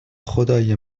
خدای